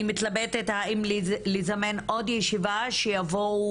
אני מתלבטת האם לזמן עוד ישיבה שיבואו